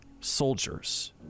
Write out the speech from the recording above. soldiers